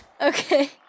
Okay